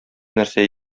нәрсә